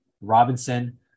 Robinson